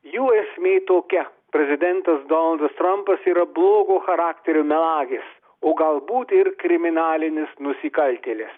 jų esmė tokia prezidentas donaldas trampas yra blogo charakterio melagis o galbūt ir kriminalinis nusikaltėlis